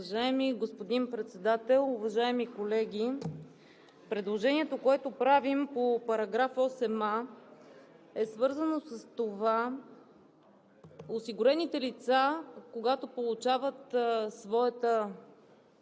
Уважаеми господин Председател, уважаеми колеги! Предложението, което правим за § 8а, е свързано с това осигурените лица, когато получават своята